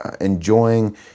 enjoying